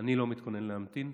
אני לא מתכונן להמתין.